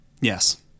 Yes